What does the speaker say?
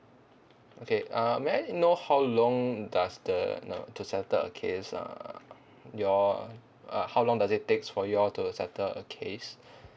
okay uh may I know how long does the you know to settle a case uh your uh how long does it takes for y'all to settle a case